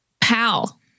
pal